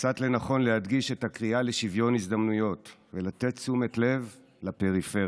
מצאת לנכון להדגיש את הקריאה לשווין הזדמנויות ולמתן תשומת לב לפריפריה.